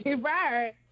right